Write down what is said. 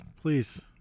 Please